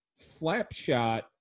Flapshot